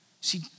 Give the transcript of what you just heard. See